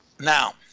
Now